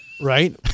Right